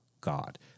God